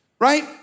right